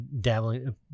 dabbling